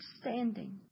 standing